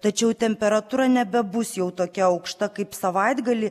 tačiau temperatūra nebebus jau tokia aukšta kaip savaitgalį